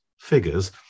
figures